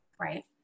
right